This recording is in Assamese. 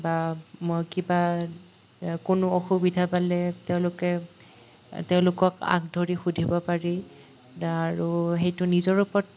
বা মই কিবা কোনো অসুবিধা পালে তেওঁলোকে তেওঁলোকক আগধৰি সুধিব পাৰি আৰু সেইটো নিজৰ ওপৰত